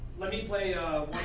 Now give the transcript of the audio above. let me play, ah